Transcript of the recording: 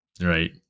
right